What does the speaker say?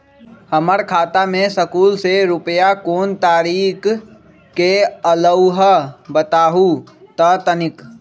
हमर खाता में सकलू से रूपया कोन तारीक के अलऊह बताहु त तनिक?